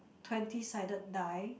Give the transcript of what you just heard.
twenty sided die